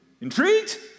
Intrigued